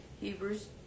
Hebrews